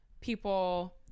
people